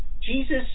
Jesus